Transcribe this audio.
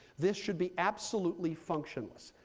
this should be absolutely functionless.